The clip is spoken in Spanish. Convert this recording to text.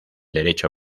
derecho